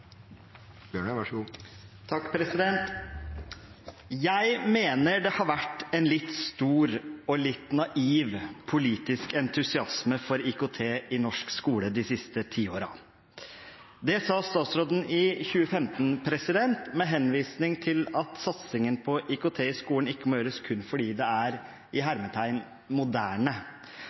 meiner det har vore ein stor og litt naiv politisk entusiasme for IKT i norsk skule dei seinaste tiåra.» Det sa statsråden i 2015, med henvisning til at satsingen på IKT i skolen ikke må gjøres kun fordi det er «moderne». For Arbeiderpartiet handler ikke entusiasmen om hva som er moderne,